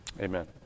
Amen